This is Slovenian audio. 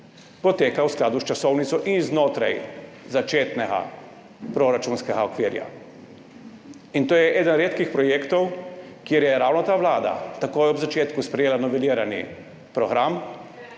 poteka v skladu s časovnico in znotraj začetnega proračunskega okvira. To je eden redkih projektov, kjer je ravno ta vlada takoj ob začetku sprejela novelirani program